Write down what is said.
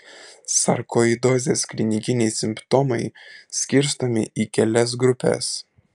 sarkoidozės klinikiniai simptomai skirstomi į kelias grupes